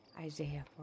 Isaiah